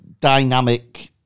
dynamic